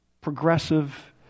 progressive